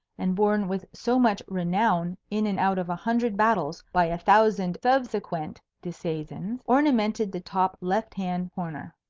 and borne with so much renown in and out of a hundred battles by a thousand subsequent disseisins, ornamented the top left-hand corner.